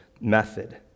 method